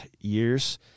years